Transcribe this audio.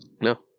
No